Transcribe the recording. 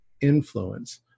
influence